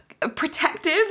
protective